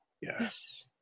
Yes